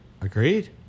Agreed